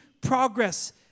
progress